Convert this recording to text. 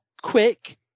quick